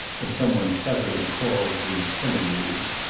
as some one cleverly calls these simagrees,